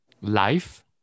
life